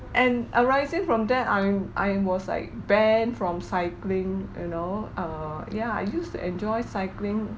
and arising from that I'm I'm was like banned from cycling you know err yeah I used to enjoy cycling